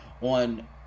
on